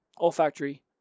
olfactory